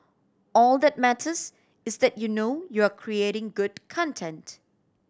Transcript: all that matters is that you know you're creating good content